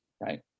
right